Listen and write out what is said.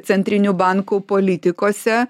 centrinių bankų politikose